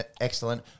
excellent